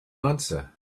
answer